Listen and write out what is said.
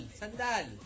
sandal